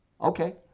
okay